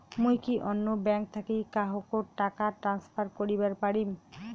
মুই কি অন্য ব্যাঙ্ক থাকি কাহকো টাকা ট্রান্সফার করিবার পারিম?